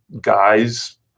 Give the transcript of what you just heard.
guys